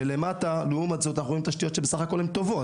ולמטה תשתיות שהם בסך הכול טובות,